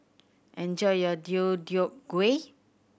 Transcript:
enjoy your Deodeok Gui